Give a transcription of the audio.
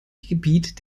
gebiet